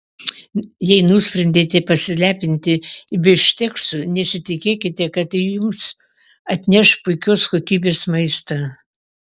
jei nusprendėte pasilepinti bifšteksu nesitikėkite kad jums atneš puikios kokybės maistą